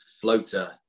floater